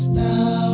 now